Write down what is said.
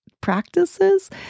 practices